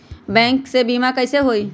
Bank से बिमा कईसे होई?